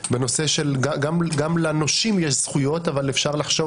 גם לנושים יש זכויות אבל אפשר לחשוב